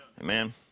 Amen